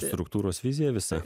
struktūros vizija visa